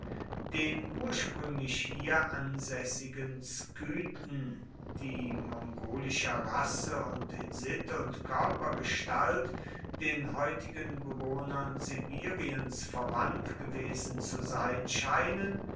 den ursprünglich hier ansässigen skythen die mongolischer rasse und in sitte und körpergestalt den heutigen bewohnern sibiriens verwandt gewesen zu sein scheinen